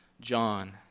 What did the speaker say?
John